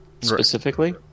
specifically